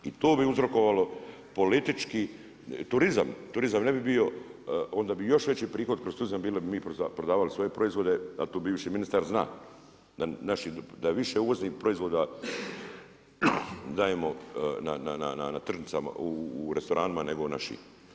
I to bi uzrokovalo politički, turizam, turizam ne bi bio, onda bi bio još veći prihod kroz turizam, bili bi mi prodavali svoje proizvode, a to bivši ministar zna da naši, da više uvoznih proizvoda dajemo na tržnicama, u restoranima nego naših.